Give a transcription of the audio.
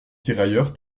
tirailleurs